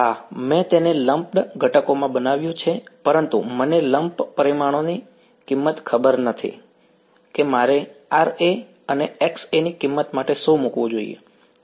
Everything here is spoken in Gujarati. હા મેં તેને લમ્પડ ઘટકોમાં બનાવ્યું છે પરંતુ મને લમ્પ પરિમાણોની કિંમત ખબર નથી કે મારે Ra અને Xa ની કિંમત માટે શું મૂકવું જોઈએ